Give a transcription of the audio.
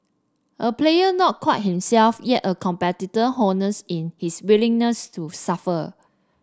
a player not quite himself yet a competitor honest in his willingness to suffer